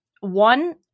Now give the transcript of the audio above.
One